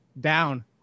down